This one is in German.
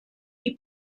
die